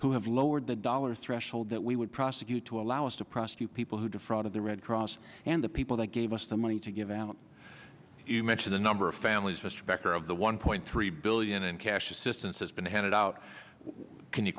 who have lowered the dollar threshold that we would prosecute to allow us to prosecute people who defrauded the red cross and the people that gave us the money to give out you mention the number of families mr becker of the one point three billion in cash assistance has been handed out can you